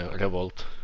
revolt